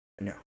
No